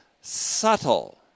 subtle